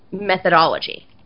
methodology